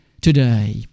Today